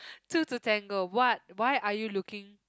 two to ten girl what why are you looking